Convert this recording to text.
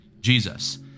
Jesus